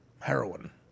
heroin